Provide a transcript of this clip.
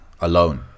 alone